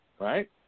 Right